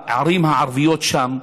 בערים הערביות שם,